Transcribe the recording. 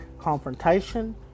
confrontation